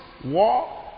War